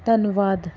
ਧੰਨਵਾਦ